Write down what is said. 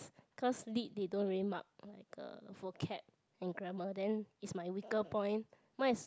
cause lit they don't really mark like uh vocab and grammar then is my weaker point mine is